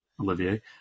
Olivier